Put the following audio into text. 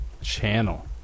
channel